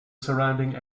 surrounding